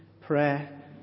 prayer